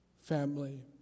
family